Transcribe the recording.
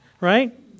right